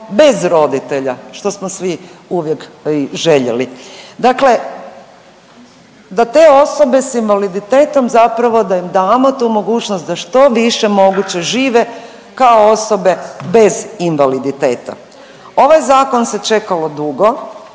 bez roditelja što smo svi uvijek i željeli. Dakle, da te osobe s invaliditetom zapravo da im damo tu mogućnost da što više moguće žive kao osobe bez invaliditeta. Ovaj zakon se čekalo dugo,